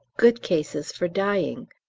good cases for dying,